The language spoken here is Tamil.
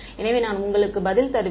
எனவே நான் உங்களுக்கு பதில் தருவேன்